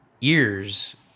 ears